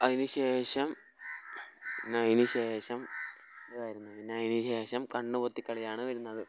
അതിന് ശേഷം അതിന് ശേഷം പിന്നെ അതിന് ശേഷം കണ്ണുപൊത്തി കളിയാണ് വരുന്നത്